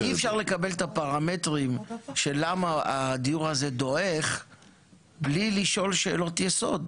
אי אפשר לקבל את הפרמטרים על למה הדיור הזה דועך בלי לשאול שאלות יסוד.